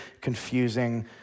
confusing